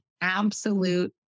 absolute